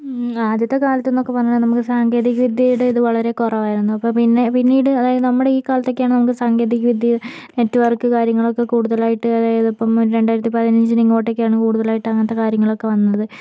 ആദ്യത്തെക്കാലത്ത് എന്നൊക്കെ പറഞ്ഞാൽ നമുക്ക് സാങ്കേതിക വിദ്യയുടെ ഇത് വളരെ കുറവായിരുന്നു ഇപ്പോൾ പിന്നെ പിന്നീട് അതായത് നമ്മുടെ ഈ കാലത്തൊക്കെയാണ് നമുക്ക് സാങ്കേതികവിദ്യ നെറ്റ്വർക്ക് കാര്യങ്ങളൊക്കെ കൂടുതലായിട്ട് അതായത് ഇപ്പോൾ രണ്ടായിരത്തിപ്പതിനഞ്ചിന് ഇങ്ങോട്ടൊക്കെ ആണ് കൂടുതലായിട്ട് അങ്ങനത്തെ കാര്യങ്ങളൊക്കെ വന്നത്